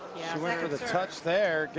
went for the touch there.